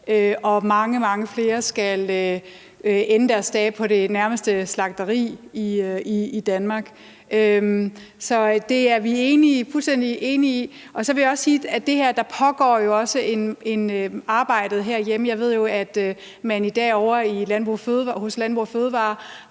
mange flere skal ende deres dage på det nærmeste slagteri i Danmark. Så det er vi fuldstændig enige i. Så vil jeg også sige, at der jo også pågår et arbejde herhjemme. Jeg ved, at man i dag ovre hos Landbrug & Fødevarer